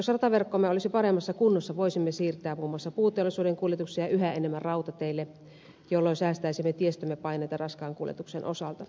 jos rataverkkomme olisi paremmassa kunnossa voisimme siirtää muun muassa puuteollisuuden kuljetuksia yhä enemmän rautateille jolloin säästäisimme tiestömme paineita raskaan kuljetuksen osalta